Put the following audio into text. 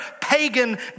pagan